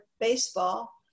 baseball